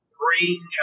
bring